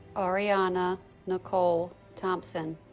aryana nicole thompson